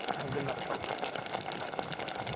has been another focus i guess in my work.